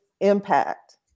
Impact